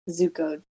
Zuko